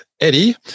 Eddie